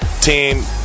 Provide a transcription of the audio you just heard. team